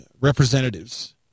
representatives